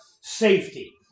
safety